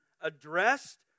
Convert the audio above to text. addressed